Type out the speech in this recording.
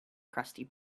crusty